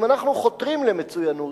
אם אנחנו חותרים למצוינות,